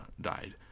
died